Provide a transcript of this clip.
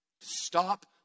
Stop